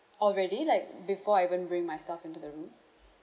already like before I even bring myself into the room